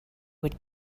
would